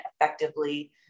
effectively